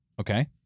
Okay